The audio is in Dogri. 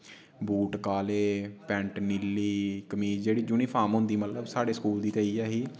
बूट काले पैंट नीली कमीज़ जेह्ड़ी यूनिफॉर्म होंदी मतलब साढ़े स्कूल दी जेह्ड़ी ऐही ते